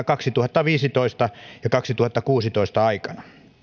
kaksituhattaviisitoista ja kaksituhattakuusitoista aikana